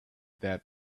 that